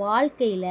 வாழ்க்கையில்